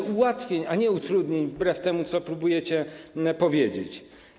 Szereg ułatwień, a nie utrudnień, wbrew temu, co próbujecie powiedzieć.